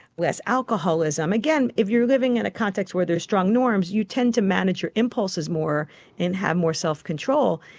less alcoholism. again, if you're living in a context where there is strong norms, you tend to manage your impulses more and have more self-control.